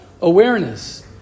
awareness